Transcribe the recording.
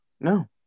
No